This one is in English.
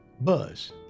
Buzz